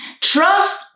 Trust